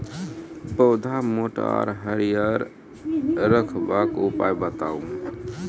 पौधा मोट आर हरियर रखबाक उपाय बताऊ?